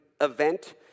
event